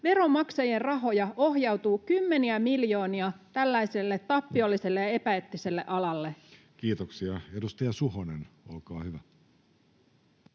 veronmaksajien rahoja ohjautuu kymmeniä miljoonia tällaiselle tappiolliselle ja epäeettiselle alalle? [Speech 170] Speaker: